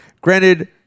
granted